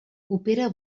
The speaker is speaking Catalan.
opera